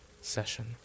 session